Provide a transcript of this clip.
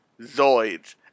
Zoids